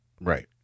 Right